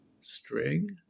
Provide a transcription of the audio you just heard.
string